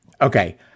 Okay